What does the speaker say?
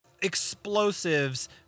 explosives